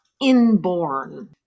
inborn